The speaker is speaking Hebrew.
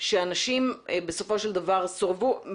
שאנשים בסופו של דבר סורבו?